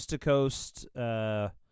coast-to-coast